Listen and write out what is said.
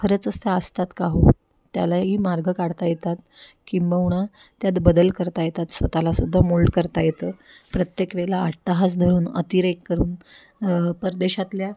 खरंचच त्या असतात का हो त्यालाही मार्ग काढता येतात किंबहुना त्यात बदल करता येतात स्वतःलासुद्धा मोल्ड करता येतं प्रत्येक वेळेला अट्टाहास धरून अतिरेक करून परदेशातल्या